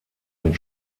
mit